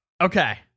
Okay